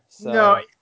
No